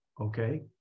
Okay